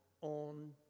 on